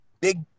big